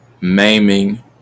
maiming